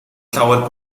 llawer